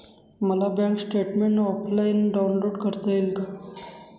मला bank statement offline download करता येईल का?